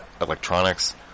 electronics